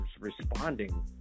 responding